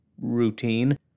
routine